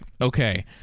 okay